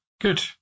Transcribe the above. good